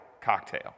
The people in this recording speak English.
cocktail